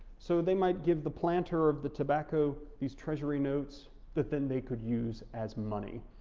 so they might give the planter of the tobacco these treasury notes that then they could use as money.